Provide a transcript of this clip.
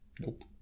Nope